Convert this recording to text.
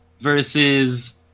versus